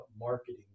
marketing